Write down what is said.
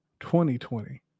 2020